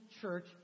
church